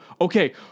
Okay